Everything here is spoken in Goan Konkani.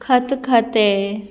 खतखतें